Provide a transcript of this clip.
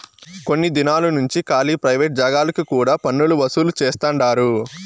కొన్ని దినాలు నుంచి కాలీ ప్రైవేట్ జాగాలకు కూడా పన్నులు వసూలు చేస్తండారు